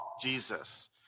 Jesus